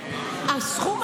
הסכום?